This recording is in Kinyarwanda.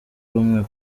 rumwe